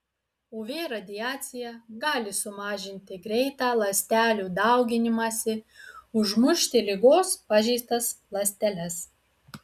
uv radiacija gali sumažinti greitą ląstelių dauginimąsi užmušti ligos pažeistas ląsteles